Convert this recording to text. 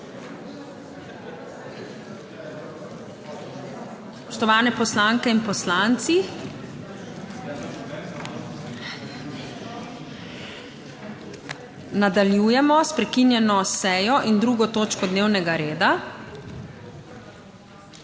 Spoštovane poslanke in poslanci! Nadaljujemo s prekinjeno sejo in 2. točko dnevnega reda,